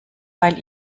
weil